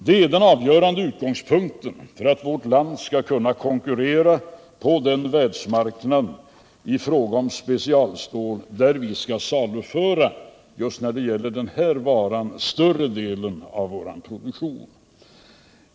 Den saken är avgörande för att vårt land skall kunna konkurrera på den världsmarknad där vi skall saluföra större delen av vår specialstålproduktion.